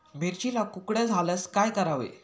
मिरचीला कुकड्या झाल्यास काय करावे?